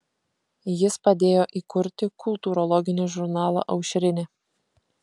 jis padėjo įkurti kultūrologinį žurnalą aušrinė